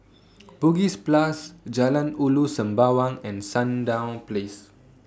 Bugis Plus Jalan Ulu Sembawang and Sandown Place